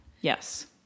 Yes